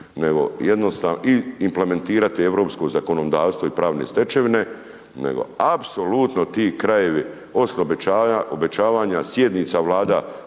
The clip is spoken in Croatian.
i implementirati europsko zakonodavstvo i pravne stečevine, nego apsolutno ti krajevi osim obećavanja sjednica vlada